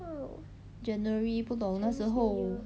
january 不懂那时候